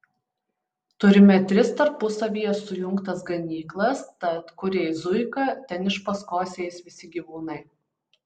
turime tris tarpusavyje sujungtas ganyklas tad kur eis zuika ten iš paskos eis visi gyvūnai